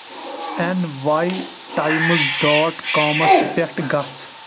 N Y Times dot کامس پٮ۪ٹھ گژھ